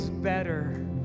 better